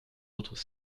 autres